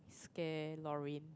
scare Lorraine